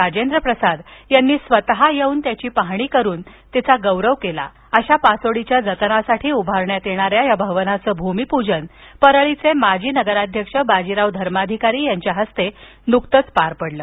राजेंद्रप्रसाद यांनी स्वत येऊन त्याची पहाणी करून गौरविलेल्या पासोडी च्या जतनासाठी उभारण्यात येणाऱ्या या भवनाचं भूमीपूजन परळीचे माजी नगराध्यक्ष बाजीराव धर्माधिकारी यांच्या हस्ते नुकतंच रविवारी झालं